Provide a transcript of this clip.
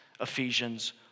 Ephesians